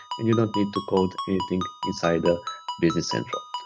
and you don't need to code anything inside the business central.